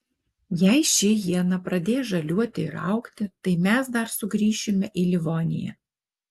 jei ši iena pradės žaliuoti ir augti tai mes dar sugrįšime į livoniją